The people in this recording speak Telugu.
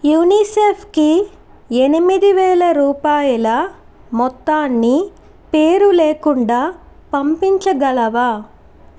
యునిసెఫ్కి ఎనిమిది వేల రూపాయల మొత్తాన్ని పేరు లేకుండా పంపించగలవా